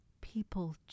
People